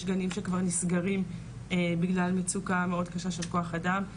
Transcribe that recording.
יש גנים שכבר נסגרים בגלל מצוקה מאוד קשה של כוח אדם.